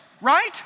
right